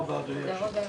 הישיבה ננעלה